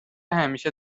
همیشه